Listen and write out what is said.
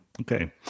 Okay